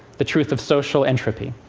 the truth of social entropy.